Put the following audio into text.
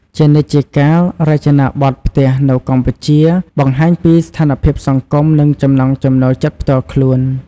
ជានិច្ចជាកាល រចនាបថផ្ទះនៅកម្ពុជា បង្ហាញពីស្ថានភាពសង្គម និងចំណង់ចំណូលចិត្តផ្ទាល់ខ្លួន។